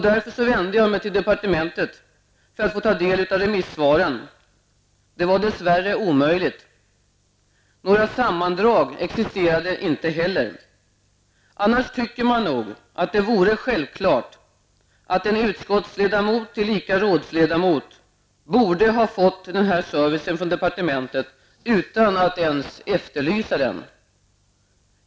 Därför vände jag mig till departementet för att få ta del av remissvaren. Det var dess värre omöjligt. Några sammandrag existerade inte heller. Annars tycker man nog att det är självklart att en utskottsledamot, tillika rådsledamot, borde ha fått den här servicen från departementet utan att ens efterlysa den.